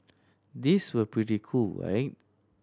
these were pretty cool right